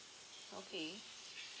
okay